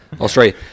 Australia